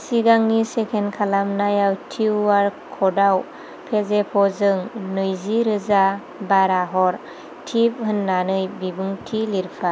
सिगांनि स्केन खालामखानायव किउआर ख'डाव पेजेफ जों नैजि रोजा बारा हर टिप होन्नानै बिबुंथि लिरफा